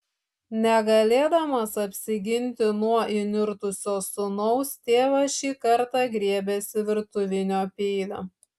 negalėdamas apsiginti nuo įnirtusio sūnaus tėvas šį kartą griebėsi virtuvinio peilio